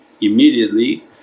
immediately